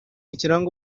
kiranga